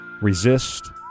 resist